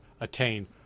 attain